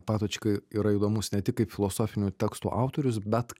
patočka yra įdomus ne tik kaip filosofinių tekstų autorius bet